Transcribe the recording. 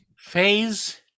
Phase